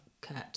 Kurt